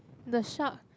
the shark